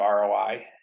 ROI